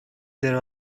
there